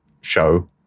show